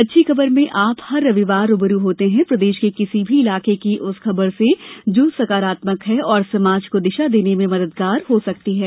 अच्छी खबर में आप हर रविवार रू ब रू होते हैं प्रदेश के किसी भी इलाके की उस खबर से जो सकारात्मक है और समाज को दिशा देने में मददगार हो सकती है